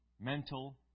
Mental